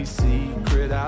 secret